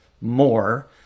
more